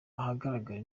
ahagaragara